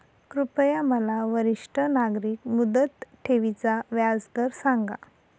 कृपया मला वरिष्ठ नागरिक मुदत ठेवी चा व्याजदर सांगा